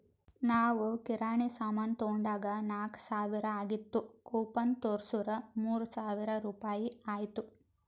ನಾವ್ ಕಿರಾಣಿ ಸಾಮಾನ್ ತೊಂಡಾಗ್ ನಾಕ್ ಸಾವಿರ ಆಗಿತ್ತು ಕೂಪನ್ ತೋರ್ಸುರ್ ಮೂರ್ ಸಾವಿರ ರುಪಾಯಿ ಆಯ್ತು